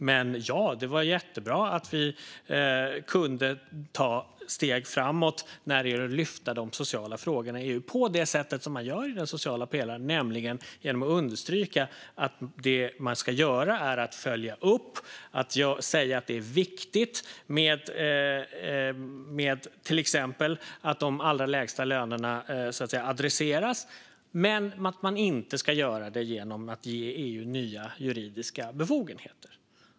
Men ja, det var jättebra att vi kunde ta ett steg framåt när det gäller att lyfta de sociala frågorna i EU, på det sätt man gör i den sociala pelaren, nämligen genom att understryka att det man ska göra är att följa upp och säga att det är viktigt att till exempel adressera de lägsta lönerna men att man inte ska göra det genom att ge EU nya juridiska befogenheter.